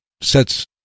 sets